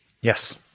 Yes